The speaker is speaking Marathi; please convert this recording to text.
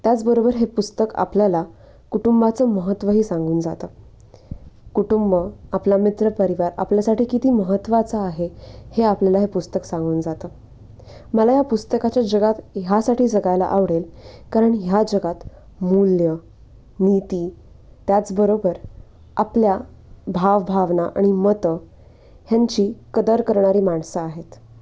त्याचबरोबर हे पुस्तक आपल्याला कुटुंबाचं महत्त्वही सांगून जातं कुटुंब आपला मित्र परिवार आपल्यासाठी किती महत्त्वाचं आहे हे आपल्याला हे पुस्तक सांगून जातं मला या पुस्तकाच्या जगात ह्यासाठी जगायला आवडेल कारण ह्या जगात मूल्य नीती त्याचबरोबर आपल्या भावभावना आणि मतं ह्यांची कदर करणारी माणसं आहेत